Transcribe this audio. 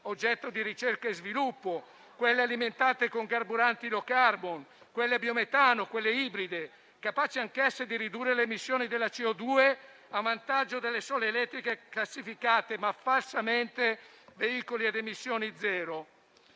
oggetto di ricerca e sviluppo, quelle alimentate con carburanti *low carbon,* a biometano o ibride, capaci anch'esse di ridurre le emissioni della CO2, a vantaggio delle sole elettriche classificate - ma falsamente - veicoli a emissioni zero.